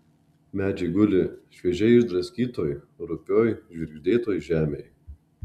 medžiai guli šviežiai išdraskytoj rupioj žvirgždėtoj žemėj